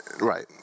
right